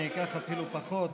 אני אקח אפילו פחות.